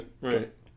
right